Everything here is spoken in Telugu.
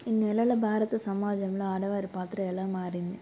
ఈ నెలల భారత సమాజంలో అడవారి పాత్ర ఎల మారింది